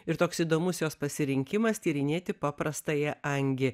ir toks įdomus jos pasirinkimas tyrinėti paprastąją angį